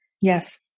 Yes